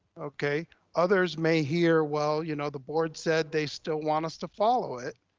okay others may hear, well, you know, the board said they still want us to follow it.